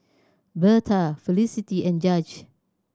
Birtha Felicity and Judge